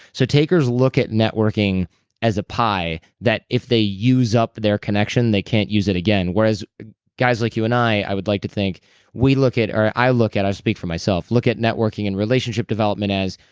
so takers look at networking as a pie that if they use up their connection, they can't use it again whereas guys like you and i, i would like to think we look at, or i look at. i speak for myself. look at networking and relationship development as,